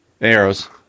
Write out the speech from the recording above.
Arrows